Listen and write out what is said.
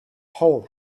hole